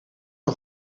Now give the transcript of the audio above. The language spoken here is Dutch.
een